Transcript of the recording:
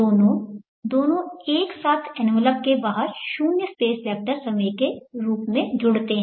दोनों दोनों एक साथ एनवेलप के बाहर 0 स्पेस वेक्टर समय के रूप में जुड़ते हैं